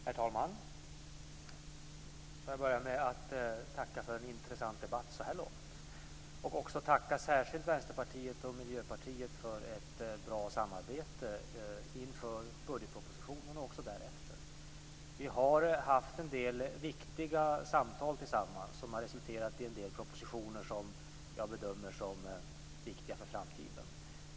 Herr talman! Får jag börja med att tacka för en intressant debatt så här långt. Jag vill särskilt tacka Vänsterpartiet och Miljöpartiet för ett bra samarbete inför budgetpropositionen och därefter. Vi har haft en del viktiga samtal tillsammans som har resulterat i en del propositioner som jag bedömer som viktiga för framtiden.